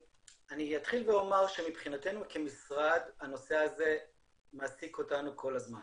אתחיל ואומר שמבחינתנו כמשרד הנושא הזה מעסיק אותנו כל הזמן.